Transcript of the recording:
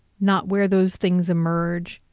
not where those things emerge,